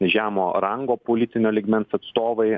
žemo rango politinio lygmens atstovai